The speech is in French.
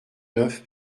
neuf